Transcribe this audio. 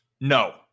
No